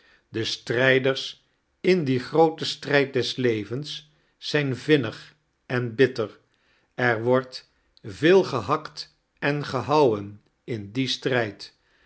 e strijders in dien grooten strijd des levems zijn vdnnig en bitter er wordt veel gehakt en gehouwen in dien strijd